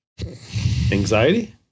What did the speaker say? Anxiety